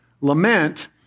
Lament